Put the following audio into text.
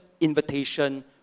invitation